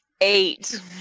Eight